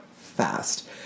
fast